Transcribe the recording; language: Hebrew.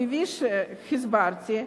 כפי שהסברתי,